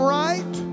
right